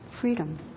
Freedom